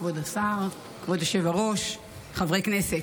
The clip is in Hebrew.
כבוד השר, כבוד היושב-ראש, חברי כנסת,